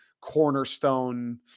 cornerstone